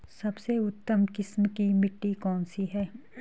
सबसे उत्तम किस्म की मिट्टी कौन सी है?